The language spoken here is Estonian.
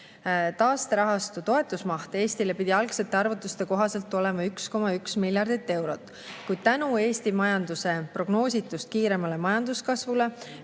Taasterahastu toetusmaht Eestile pidi algsete arvutuste kohaselt olema 1,1 miljardit eurot, kuid Eesti majanduse prognoositust kiirema majanduskasvu